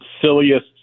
silliest